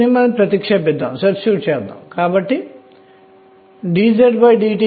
n వరకు మాత్రమే పూరిస్తే ఇది 1 కు సమానం l సమానం 0 2 4 10 12 18 20 30 38 40 మొదలైనవి కలిగి ఉన్నాం ఇవి షెల్ ఫిల్లింగ్స్